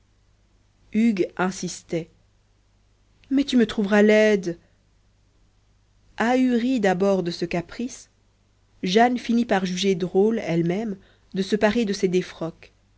hugues insistait mais tu me trouveras laide ahurie d'abord de ce caprice jane finit par juger drôle elle-même de se parer de ces défroques